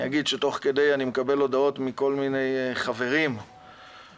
תוך כדי אני מקבל הודעות מכל מיני חברים שהם